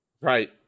Right